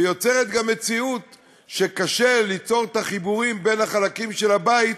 ויוצרת גם מציאות שקשה ליצור את החיבורים בין החלקים של הבית,